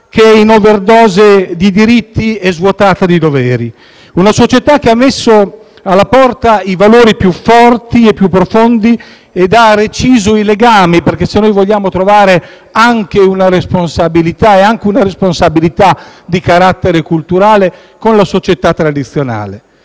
che è in *overdose* di diritti e svuotata di doveri, una società che ha messo alla porta i valori più forti e più profondi e ha reciso i legami - se vogliamo trovare una responsabilità di carattere culturale - con la società tradizionale.